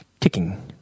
kicking